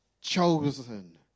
chosen